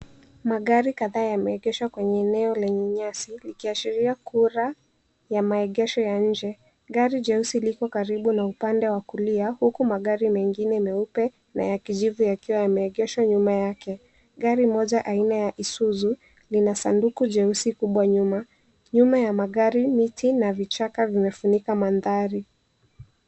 Magari kadhaa yameegeshwa kwenye eneo lenye nyasi likiashiria kura ya maegesho ya nje. Gari jeusi liko karibu na upande wa kulia huku magari mengine meupe na ya kijivu yakiwa yameegeshwa nyuma yake. Gari moja aina ya isuzu lina sanduku jeusi kubwa nyuma. Nyuma ya magari miti na vichaka vimefunika mandhari.